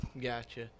Gotcha